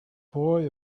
boy